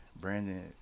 brandon